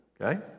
Okay